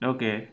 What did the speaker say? Okay